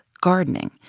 gardening